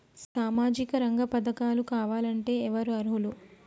సామాజిక రంగ పథకాలు కావాలంటే ఎవరు అర్హులు?